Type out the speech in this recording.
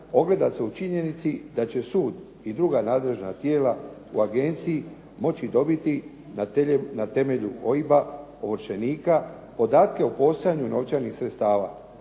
ogleda se u činjenici da će sud i druga nadležna tijela u agenciji moći dobiti na temelju OIB-a ovršenika podatke o postojanju novčanih sredstava.